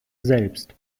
selbst